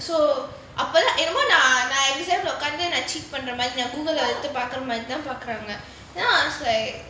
so அப்போ நான் என்னமோ:appo naan ennamo I exam உட்கார்ந்து:utkarnthu cheat or Google உத்து பாக்குற மாதிரி தான் பாக்குறாங்க:uthu paakura maathiri thaan paakuraanga then I was like